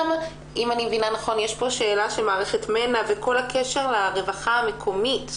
אם אני מבינה נכון יש כאן שאלה של מערכת מנע וכל הקשר לרווחה המקומית.